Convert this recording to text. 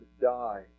die